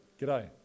G'day